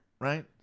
right